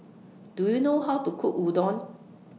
Do YOU know How to Cook Udon